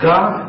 God